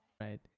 right